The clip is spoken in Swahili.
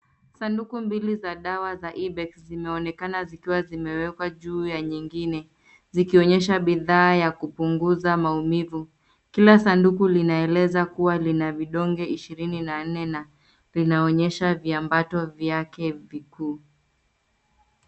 Sanduku mbili za dawa za ibex zinaonekana zikiwa zimewekwa juu ya nyingine zikionyesha bidhaa ya kupunguza maumivu. Kila sanduku linaeleza kuwa lina vidonge ishirini na nne na zinaonyesha viambato vyake vikuu.